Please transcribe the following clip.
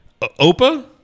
Opa